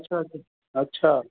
अच्छा अच्छा अच्छा